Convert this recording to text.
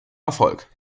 erfolg